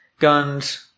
Guns